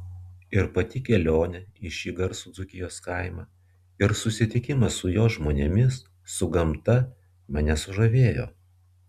ir pati kelionė į šį garsų dzūkijos kaimą ir susitikimas su jo žmonėmis su gamta mane sužavėjo